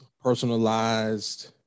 personalized